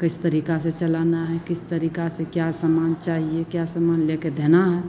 किस तरीका से चलाना है किस तरीका से क्या समान चाहिए क्या समान ले कर देना है